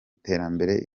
iterambere